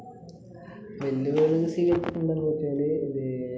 വെല്ല് വിളി സീകരിച്ചിട്ടുണ്ടോന്ന് ചോദിച്ചാൽ ഇത് വെല്ല്